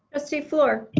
trustee fluor.